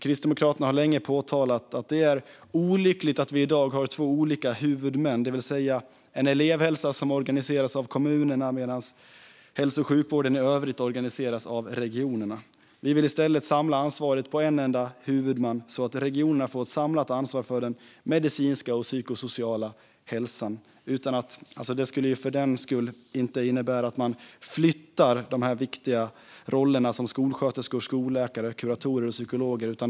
Kristdemokraterna har länge påtalat att det är olyckligt att vi i dag har två olika huvudmän, det vill säga en elevhälsa som organiseras av kommunerna medan hälso och sjukvården i övrigt organiseras av regionerna. Vi vill i stället samla ansvaret på en enda huvudman, så att regionerna får ett samlat ansvar för den medicinska och psykosociala hälsan. Det skulle för den skull inte innebära att man flyttar de viktiga roller som skolsköterskor, skolläkare, kuratorer och psykologer har.